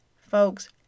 Folks